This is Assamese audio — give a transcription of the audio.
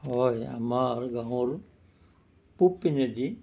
হয় আমাৰ গাঁৱৰ পূব পিনেদি